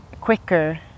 quicker